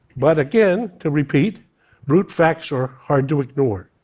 but again, to repeat brute facts are hard to ignore.